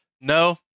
No